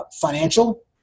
financial